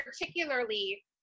particularly